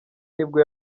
nibwo